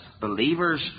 believers